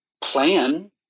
plan